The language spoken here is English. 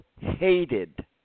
hated